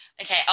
Okay